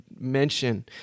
mention